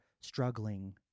struggling